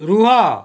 ରୁହ